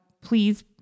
please